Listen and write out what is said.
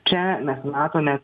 čia mes matome